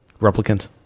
Replicant